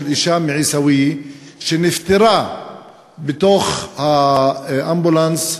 של אישה מעיסאוויה שנפטרה בתוך האמבולנס,